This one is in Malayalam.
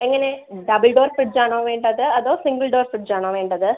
എങ്ങനെ ഡബിൾ ഡോർ ഫ്രിഡ്ജാണോ വേണ്ടത് അതോ സിംഗിൾ ഡോർ ഫ്രിഡ്ജാണോ വേണ്ടത്